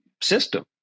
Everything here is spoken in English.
system